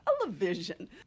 television